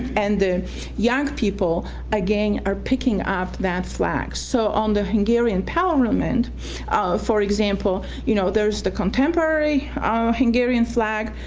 and the young people again are picking up that flag, so on the hungarian parliament, for example, you know, there's the contemporary ah hungarian flag.